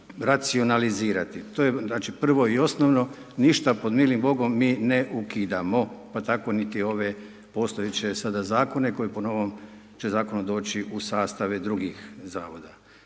racionalizirati. To je znači prvo i osnovno. Ništa pod milim Bogom mi ne ukidamo. Pa tako ni ove postojeće sada Zakone, koji po novom će zakona doći u sastave drugih Zavoda.